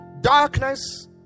darkness